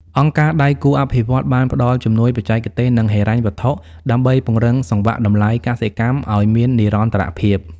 អង្គការដៃគូអភិវឌ្ឍន៍បានផ្ដល់ជំនួយបច្ចេកទេស និងហិរញ្ញវត្ថុដើម្បីពង្រឹងសង្វាក់តម្លៃកសិកម្មឱ្យមាននិរន្តរភាព។